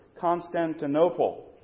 Constantinople